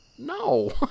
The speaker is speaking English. no